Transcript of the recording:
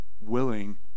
willing